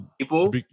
people